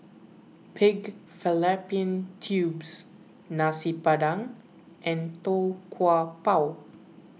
Pig Fallopian Tubes Nasi Padang and Tau Kwa Pau